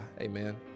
Amen